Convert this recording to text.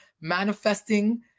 manifesting